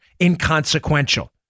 inconsequential